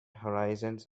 horizons